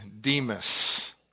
Demas